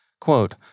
Quote